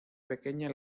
pequeña